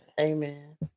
Amen